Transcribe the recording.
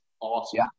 awesome